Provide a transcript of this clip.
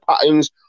patterns